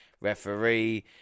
referee